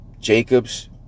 Jacobs